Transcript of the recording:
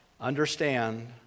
understand